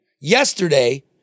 Yesterday